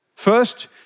First